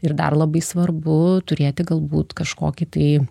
ir dar labai svarbu turėti galbūt kažkokį tai